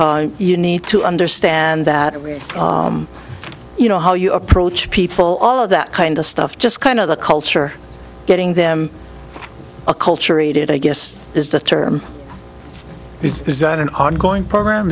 or you need to understand that you know how you approach people all of that kind of stuff just kind of the culture getting them acculturated i guess is the term is is that an ongoing program